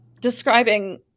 describing